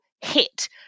hit